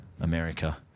America